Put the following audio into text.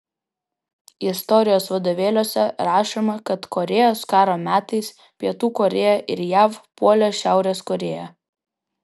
istorijos vadovėliuose rašoma kad korėjos karo metais pietų korėja ir jav puolė šiaurės korėją